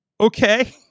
Okay